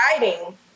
writing